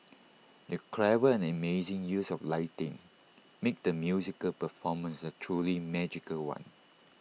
the clever and amazing use of lighting made the musical performance A truly magical one